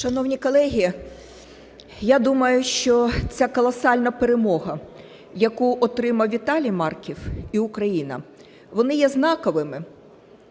Шановні колеги, я думаю, що ця колосальна перемога, яку отримав Віталій Марків і Україна, вони є знаковими,